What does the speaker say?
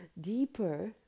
deeper